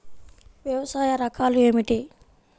వ్యవసాయ రకాలు ఏమిటి?